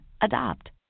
Adopt